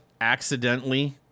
accidentally